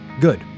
good